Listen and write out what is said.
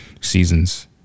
seasons